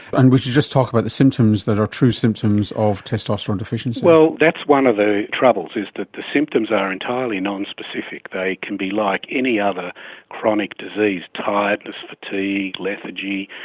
and we should just talk about the symptoms that are true symptoms of testosterone deficiency. well, that's one of the troubles is that the symptoms are entirely non-specific. they can be like any other chronic disease tiredness, fatigue, lethargy,